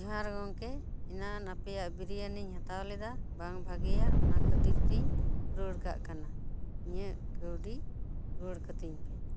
ᱡᱚᱦᱟᱨ ᱜᱮ ᱜᱚᱝᱠᱮ ᱮᱱᱟᱱ ᱟᱯᱮᱭᱟᱜ ᱵᱤᱨᱭᱟᱱᱤᱧ ᱦᱟᱛᱟᱣ ᱞᱮᱫᱟ ᱵᱟᱝ ᱵᱷᱟᱜᱤᱭᱟ ᱚᱱᱟ ᱠᱷᱟᱹᱛᱤᱨ ᱛᱤᱧ ᱨᱩᱭᱟᱹᱲ ᱠᱟᱜ ᱠᱟᱱᱟ ᱤᱧᱟᱹᱜ ᱠᱟᱹᱣᱰᱤ ᱨᱩᱣᱟᱹᱲ ᱠᱟᱹᱛᱤᱧ ᱯᱮ